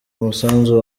umusanzu